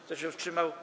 Kto się wstrzymał?